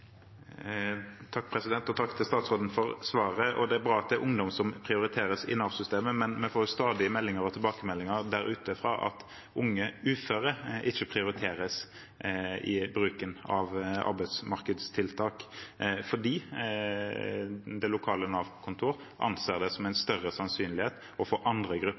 Takk til statsråden for svaret. Det er bra at ungdom prioriteres i Nav-systemet, men vi får stadig meldinger og tilbakemeldinger om at unge uføre ikke prioriteres i bruken av arbeidsmarkedstiltak, fordi det lokale Nav-kontoret anser at det er en større sannsynlighet for å få andre grupper